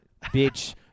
bitch